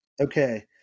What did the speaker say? Okay